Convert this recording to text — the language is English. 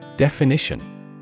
Definition